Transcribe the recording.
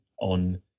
on